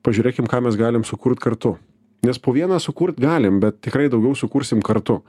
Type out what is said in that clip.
pažiūrėkim ką mes galim sukurt kartu nes po vieną sukurt galim bet tikrai daugiau sukursim kartu